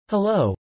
Hello